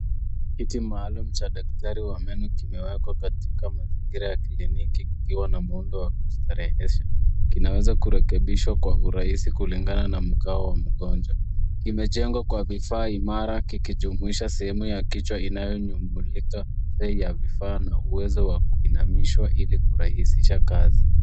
Kiti maalum cha daktari wa meno kimewekwa katika mazingira ya kijamii kikiwa na miundo wa kustarehesha. Kinaweza kurekebishwa kwa urahisi kulingana na mkao wa mgonjwa. Imejengwa kwa vifaa imara kikijumuisha sehemu ya kichwa inayonyumbulika na vifaa ina uwezo wa kuinamishwa ili kurahisisha kazi.